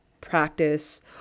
practice